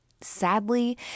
Sadly